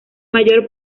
mayor